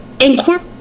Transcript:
incorporate